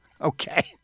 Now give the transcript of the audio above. okay